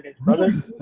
brother